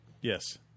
yes